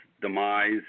demise